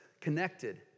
connected